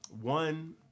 one